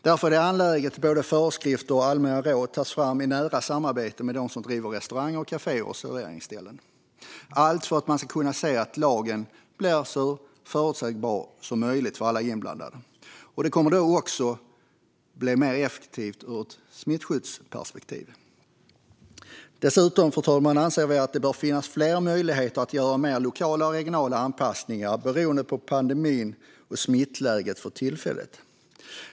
Därför är det angeläget att både föreskrifter och allmänna råd tas fram i nära samarbete med dem som driver restauranger, kaféer och serveringsställen - allt för att för att man ska kunna se till att lagen blir så förutsägbar som möjligt för alla inblandade. Den kommer då också att bli mer effektiv ur ett smittskyddsperspektiv. Dessutom, fru talman, anser vi att det bör finnas fler möjligheter att göra mer lokala och regionala anpassningar beroende på pandemin och smittläget för tillfället.